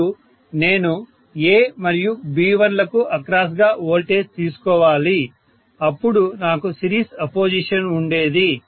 మరియు నేను A మరియు B1 కు అక్రాస్ గా వోల్టేజ్ తీసుకోవాలి అప్పుడు నాకు సిరీస్ అపోజిషన్ ఉండేది